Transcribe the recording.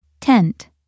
Tent